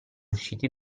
usciti